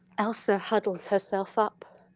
elsa huddles herself up.